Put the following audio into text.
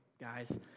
guys